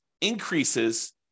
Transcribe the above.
increases